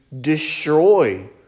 destroy